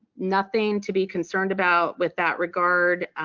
nothing to be concerned about with that regard.